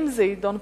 אם זה יידון,